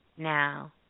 Now